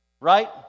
Right